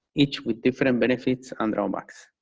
each with different um benefits and drawbacks.